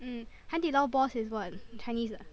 mm 海底捞 boss is what Chinese ah